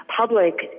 Public